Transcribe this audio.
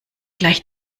gleich